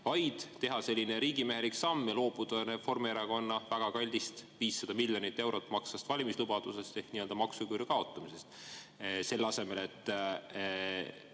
vaid teete sellise riigimeheliku sammu ja loobute Reformierakonna väga kallist, 500 miljonit eurot maksvast valimislubadusest ehk nii-öelda maksuküüru kaotamisest, mis annab